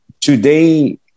today